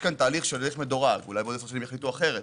יש פה תהליך מדורג אולי עוד עשר שנים יחליטו אחרת,